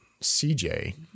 CJ